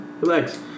relax